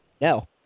No